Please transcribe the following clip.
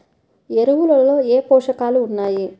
ఎరువులలో ఏ పోషకాలు ఉన్నాయి?